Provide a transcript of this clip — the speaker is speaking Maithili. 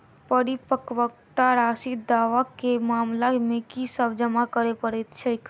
परिपक्वता राशि दावा केँ मामला मे की सब जमा करै पड़तै छैक?